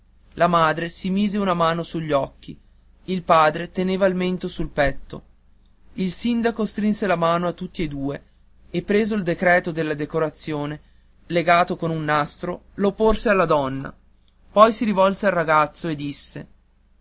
la madre si mise una mano sugli occhi il padre teneva il mento sul petto il sindaco strinse la mano a tutti e due e preso il decreto della decorazione legato con un nastro lo porse alla donna poi si rivolse al ragazzo e disse